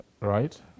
Right